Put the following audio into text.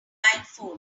phones